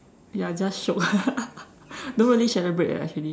ya just shiok don't really celebrate eh actually